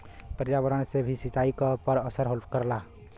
पर्यावरण से भी सिंचाई पर असर करला